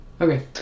Okay